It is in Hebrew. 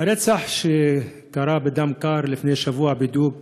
הרצח בדם קר שקרה לפני שבוע בדיוק